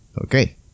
Okay